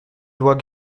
doit